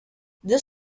this